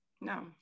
No